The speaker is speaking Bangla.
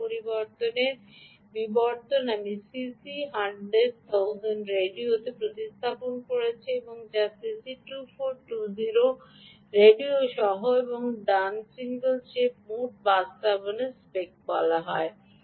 মাইকা পরিবারের বিবর্তন আমি সিসি 1000 রেডিওতে প্রতিস্থাপন করেছি যা সিসি 2420 রেডিও সহ এবং সিঙ্গল চিপ মোট বাস্তবায়নকে স্পেক বলা হয়